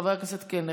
חבר הכנסת קלנר,